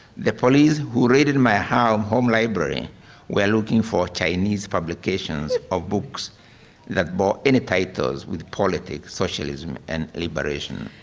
the police who raided my home home library were looking for chinese publications of books that bore any titles with politics, socialism, and liberation.